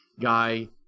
guy